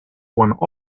one